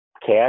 cash